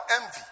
envy